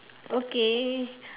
okay